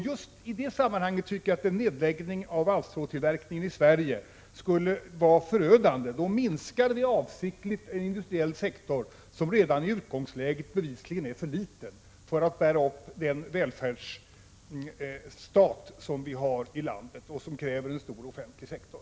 Just i det sammanhanget tycker jag att en nedläggning av valstrådstillverkningen skulle vara förödande. Därigenom minskar vi avsiktligt en industriell sektor som redan i utgångsläget bevisligen är för liten för att bära den välfärdsstat som vi har och som kräver en stor offentlig sektor.